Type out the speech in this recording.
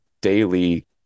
daily